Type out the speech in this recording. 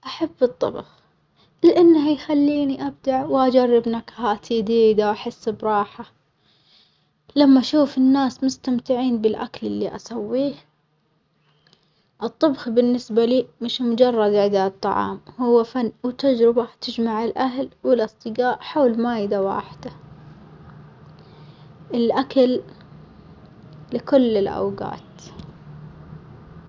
أحب الطبح لأنه يخليني أبدع وأجرب نكهات يديدة وأحس براحة، لما أشوف الناس مستمتعين بالأكل اللي أنا أسويه، الطبخ بالنسبة لي مش مجرد إعداد طعام هو فن وتجربة تجمع الأهل والأصدجاء حول مائدة واحدة، الأكل لكل الأوجات.